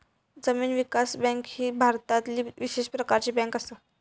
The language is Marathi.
जमीन विकास बँक ही भारतातली विशेष प्रकारची बँक असा